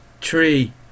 Tree